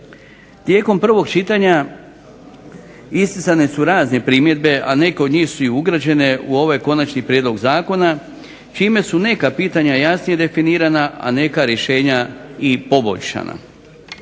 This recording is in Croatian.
Tijekom prvog čitanja isticane su razne primjedbe, a neke od njih su i ugrađene u ovaj konačni prijedlog zakona čime su neka pitanja jasnije definirana, a neka rješenja i poboljšana.